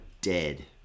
dead